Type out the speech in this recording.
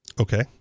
Okay